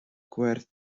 gwerth